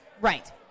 Right